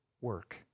work